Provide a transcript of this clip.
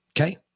Okay